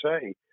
say